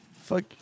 Fuck